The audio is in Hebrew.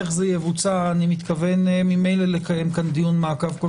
איך זה יבוצע אני מתכוון ממילא לקיים כאן דיון מעקב כל